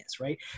right